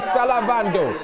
Salavando